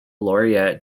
laureate